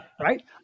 right